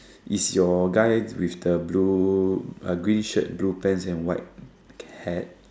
is your guy with the blue uh green shirt blue pants and white hat